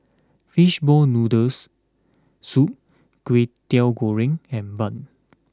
Fishball Noodles Soup Kway Teow Goreng and Bun